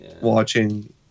watching